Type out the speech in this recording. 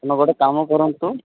ତୁମେ ଗୋଟେ କାମ କରନ୍ତୁ